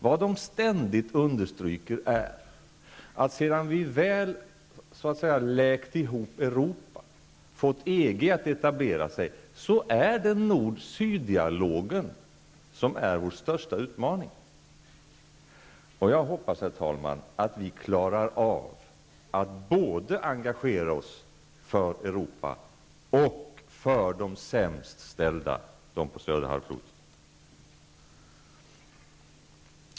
Vad de ständigt understryker är att sedan vi väl så att säga läkt ihop Europa, fått EG att etablera sig, så är det nord-- syd-dialogen som är vår största utmaning. Jag hoppas, herr talman, att vi klarar av att engagera oss både för Europa och för de sämst ställda, för dem som bor på södra halvklotet.